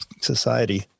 society